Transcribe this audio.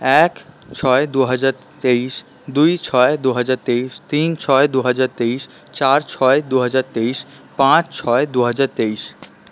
এক ছয় দুহাজার তেইশ দুই ছয় দুহাজার তেইশ তিন ছয় দুহাজার তেইশ চার ছয় দুহাজার তেইশ পাঁচ ছয় দুহাজার তেইশ